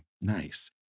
Nice